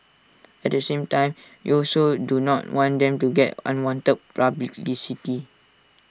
at the same time we also do not want them to get unwanted publicity